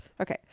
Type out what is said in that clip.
okay